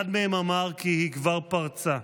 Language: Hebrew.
אחד מהם אמר כי היא כבר פרצה,